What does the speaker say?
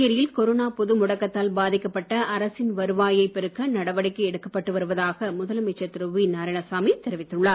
புதுச்சேரியில் கொரோனா பொது முடக்கத்தால் பாதிக்கப்பட்ட அரசின் வருவாயை பெருக்க நடவடிக்கை எடுக்கப்பட்டு வருவதாக முதலமைச்சர் திரு வி நாராயணசாமி தெரிவித்துள்ளார்